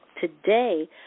today